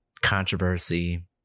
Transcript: controversy